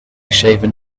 shaving